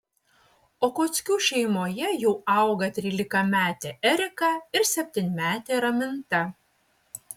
okockių šeimoje jau auga trylikametė erika ir septynmetė raminta